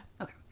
Okay